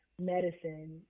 medicine